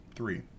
Three